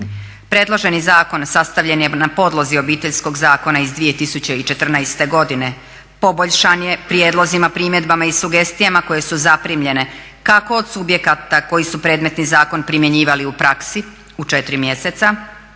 Predloženi zakon sastavljen je na podlozi Obiteljskog zakona iz 2014. godine, poboljšan je prijedlozima, primjedbama i sugestijama koje su zaprimljene kako od subjekata koji su predmetni zakon primjenjivali u praksi u četiri mjeseca